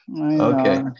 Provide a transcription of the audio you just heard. Okay